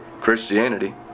Christianity